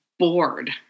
Bored